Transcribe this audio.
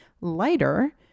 lighter